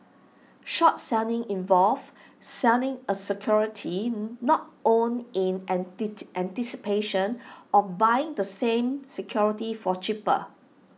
short selling involves selling A security not owned in anticipation of buying the same security for cheaper